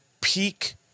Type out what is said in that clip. peak